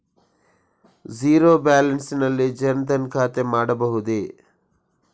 Zero balance ನಲ್ಲಿ ಜನ್ ಧನ್ ಖಾತೆ ಮಾಡಬಹುದೇ?